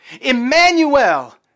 Emmanuel